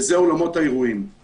הנושא השני האם האירוע הוא בישיבה,